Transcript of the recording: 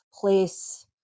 place